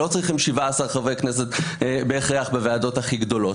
לא צריכים 17 חברי כנסת בהכרח בוועדות הכי גדולות,